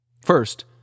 First